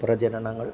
പ്രചരണങ്ങൾ